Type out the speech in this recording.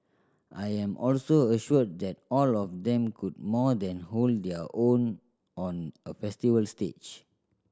I am also assured that all of them could more than hold their own on a festival stage